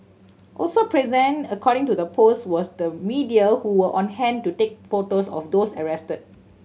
also present according to the post was the media who were on hand to take photos of those arrested